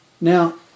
Now